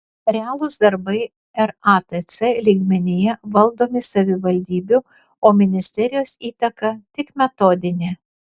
realūs darbai ratc lygmenyje valdomi savivaldybių o ministerijos įtaka tik metodinė